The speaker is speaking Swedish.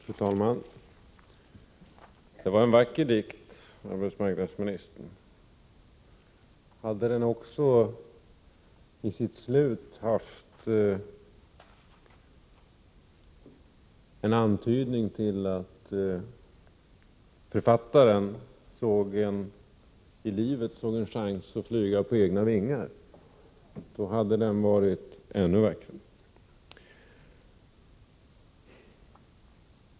Fru talman! Det var en vacker dikt arbetsmarknadsministern läste. Hade den också i sitt slut haft en antydan om att författarna i livet såg en chans att flyga på egna vingar, hade den varit ännu vackrare.